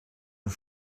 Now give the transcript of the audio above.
een